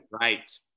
right